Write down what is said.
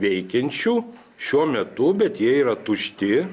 veikiančių šiuo metu bet jie yra tušti